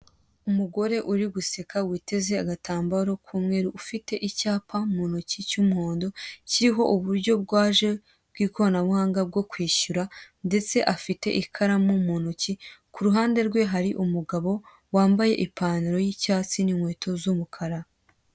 Umugore uri guseka witeze agatambaro k'umweru, ufite icyapa mu ntoki cy'umuhondo, kiriho uburyo bwaje bw'ikoranabuhanga bwo kwishyura ndetse afite ikaramu mu ntoki, ku ruhande rwe hari umugabo wambaye ipantaro y'icyatsi n'inkweto z'umukara.